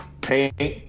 paint